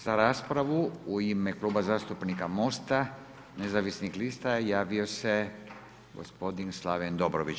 Za raspravu u ime Kluba zastupnika Mosta, nezavisnih lista, javio se gospodin Slaven Dobrović.